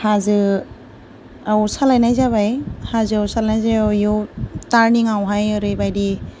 हाजोआव सालायनाय जाबाय हाजोआव सालायना बेयाव तारनिंआवहाय ओरैबायदि